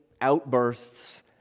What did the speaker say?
outbursts